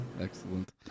Excellent